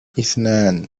إثنان